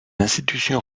institutions